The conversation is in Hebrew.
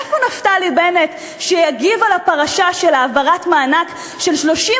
איפה נפתלי בנט שיגיב על הפרשה של העברת מענק של 36